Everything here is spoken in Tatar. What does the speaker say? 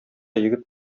егет